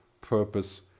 purpose